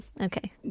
Okay